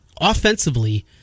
offensively